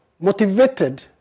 motivated